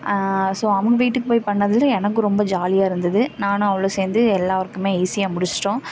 so அவங்க வீட்டுக்கு போய் பண்ணதில் எனக்கு ரொம்ப ஜாலியாக இருந்துது நானும் அவளும் சேர்ந்து எல்லாம் ஒர்க்குமே ஈஸியாக முடிச்சிட்டோம்